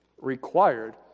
required